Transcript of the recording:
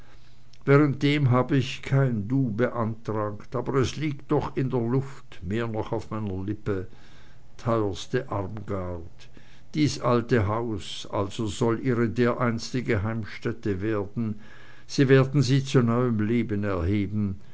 währenddem hab ich kein du beantragt aber es liegt doch in der luft mehr noch auf meiner lippe teuerste armgard dies alte haus stechlin also soll ihre dereinstige heimstätte werden sie werden sie zu neuem leben erheben